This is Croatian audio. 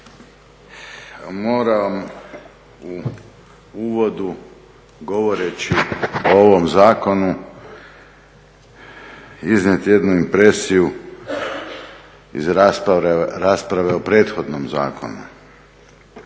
Moram u uvodu govoreći o ovom zakonu iznijet jednu impresiju iz rasprave o prethodnom zakonu.